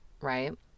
right